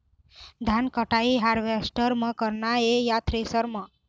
धान कटाई हारवेस्टर म करना ये या थ्रेसर म?